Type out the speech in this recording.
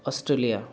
Australia